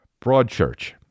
Broadchurch